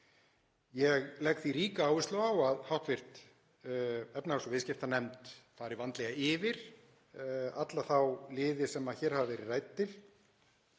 Ég legg því ríka áherslu á að hv. efnahags- og viðskiptanefnd fari vandlega yfir alla þá liði sem hér hafa verið ræddir.